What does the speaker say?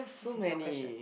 this is your question